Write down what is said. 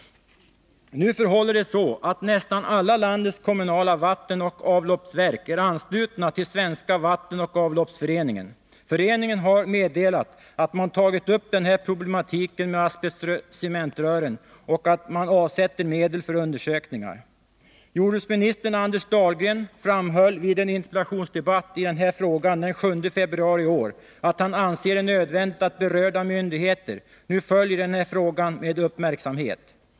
Nu förhåller det sig så att nästan alla landets kommunala vattenoch avloppsverk är anslutna till Svenska vattenoch avloppsföreningen. Föreningen har meddelat att man tagit upp den här problematiken med asbestcementrör och att man avsätter medel för undersökningar. Jordbruksministern Anders Dahlgren framhöll vid en interpellationsdebatt den 7 februari i år att han anser det nödvändigt att berörda myndigheter nu följer den här frågan med uppmärksamhet.